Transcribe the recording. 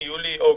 זה באוגוסט.